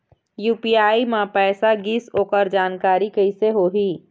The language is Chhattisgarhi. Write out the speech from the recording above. यू.पी.आई म पैसा गिस ओकर जानकारी कइसे होही?